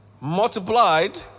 Multiplied